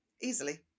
easily